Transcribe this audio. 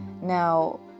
now